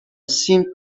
seemed